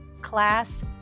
class